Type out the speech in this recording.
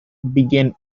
began